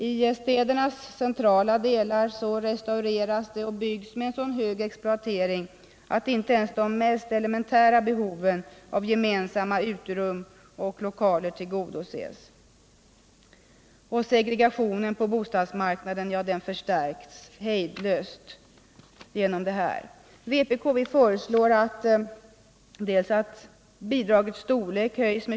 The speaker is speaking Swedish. I städernas centrala delar restaureras och byggs med en så hög exploatering att inte ens de mest elementära behov av gemensamma uterum och lokaler tillgodoses. Scgregationen på bostadsmarknaden förstärks hejdlöst.